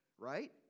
right